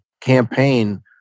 campaign